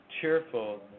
cheerful